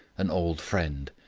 an old friend.